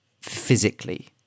physically